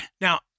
Now